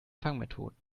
fangmethoden